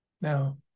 Now